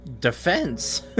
defense